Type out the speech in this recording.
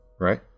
right